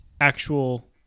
actual